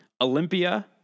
Olympia